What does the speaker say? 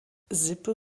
sippe